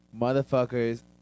motherfuckers